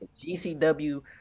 GCW